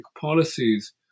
policies